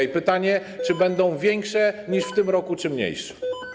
I pytanie, czy będą większe niż w tym roku, czy mniejsze.